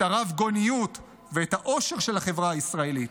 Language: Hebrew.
הרב-גוניות ואת העושר של החברה הישראלית,